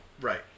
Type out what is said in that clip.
right